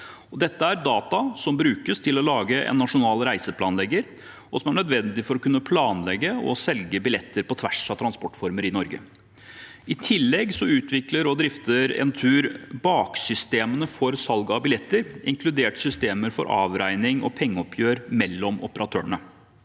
Dette er data som brukes til å lage en nasjonal reiseplanlegger, og som er nødvendig for å kunne planlegge og selge billetter på tvers av transportformer i Norge. I tillegg utvikler og drifter Entur baksystemene for salg av billetter, inkludert systemer for avregning og pengeoppgjør mellom operatørene.